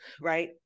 right